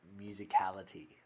musicality